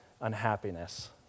unhappiness